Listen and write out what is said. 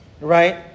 right